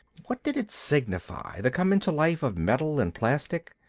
what did it signify, the coming to life of metal and plastic?